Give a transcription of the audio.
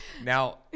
Now